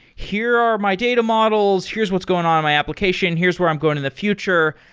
here are my data models. here's what's going on in my application. here's where i'm going in the future.